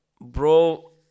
Bro